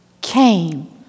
came